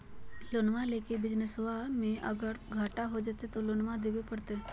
लोनमा लेके बिजनसबा मे अगर घाटा हो जयते तो लोनमा देवे परते?